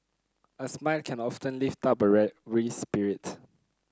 a smile can often lift up a real weary spirit